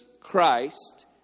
Christ